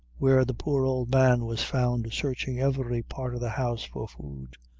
where the poor old man was found searching every part of the house for food.